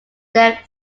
there